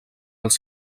els